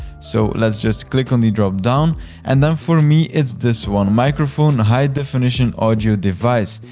so let's just click on the dropdown and then for me, it's this one. microphone high definition audio device.